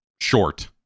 short